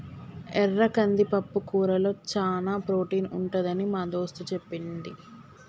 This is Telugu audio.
ఎర్ర కంది పప్పుకూరలో చానా ప్రోటీన్ ఉంటదని మా దోస్తు చెప్పింది